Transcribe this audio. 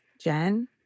Jen